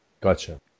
Gotcha